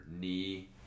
knee